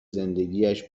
زندگیاش